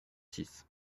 six